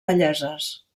belleses